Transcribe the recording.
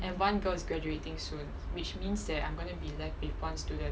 and one girl is graduating soon which means that I'm gonna be left with one student